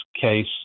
case